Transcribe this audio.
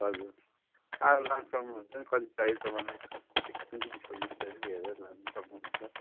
हजुर आएर लानु सक्नुहुन्छ नि कति चाहिएको तपाईँलाई बिग्रेको सडिएको पनि हेरेर लानु सक्नुहुन्छ